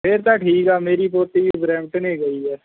ਫਿਰ ਤਾਂ ਠੀਕ ਆ ਮੇਰੀ ਪੋਤੀ ਵੀ ਬਰੈਂਮਟਨ ਏ ਗਈ ਹੈ